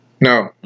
No